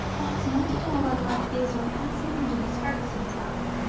thoughts not at all unlike these, were passing through denis fergusson's mind,